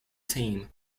team